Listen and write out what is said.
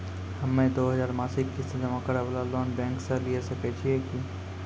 हम्मय दो हजार मासिक किस्त जमा करे वाला लोन बैंक से लिये सकय छियै की?